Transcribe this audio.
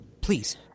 Please